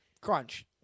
crunch